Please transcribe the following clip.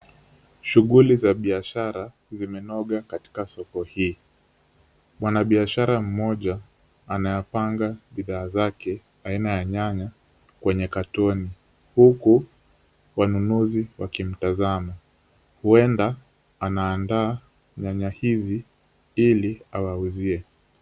Shughuli za biashara zimenoga katika soko hii. Mwanabiashara mmoja anayapanga bidhaa zake aina ya nyanya kwenye katoni huku wanunuzi wakimtazama. Huenda anaandaa nyanya hizi ili awauzie.